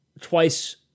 twice